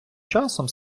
часом